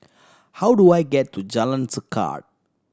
how do I get to Jalan Tekad